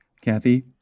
Kathy